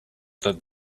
that